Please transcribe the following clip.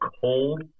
cold